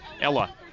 Ella